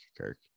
Kirk